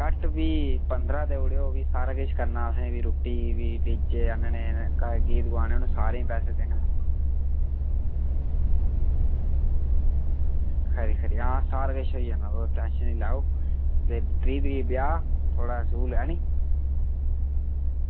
घट्ट भी पंदरां देई ओड़ेओ सारा किश करना भी असें रुट्टी बी बिच्च आह्नने गीत गोआने ते उनेंई सारें ई पैसे देने खरी खरी हां सारा किश होई जाना तुस टैंशन निं लैओ ते त्रीह् तरीक ब्याह् थुआढ़े स्कूल है नी